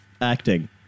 acting